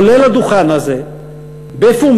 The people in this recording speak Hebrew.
עולה לדוכן הזה בפומבי,